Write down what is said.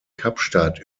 kapstadt